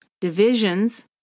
divisions